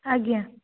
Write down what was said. ଆଜ୍ଞା